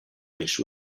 race